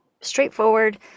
straightforward